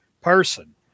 person